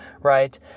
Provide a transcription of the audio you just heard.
Right